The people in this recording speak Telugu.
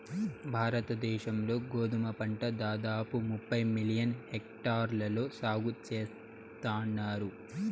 భారత దేశం లో గోధుమ పంట దాదాపు ముప్పై మిలియన్ హెక్టార్లలో సాగు చేస్తన్నారు